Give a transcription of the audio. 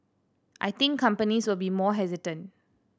I think companies will be more hesitant